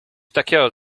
takiego